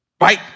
Right